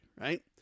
right